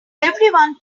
everyone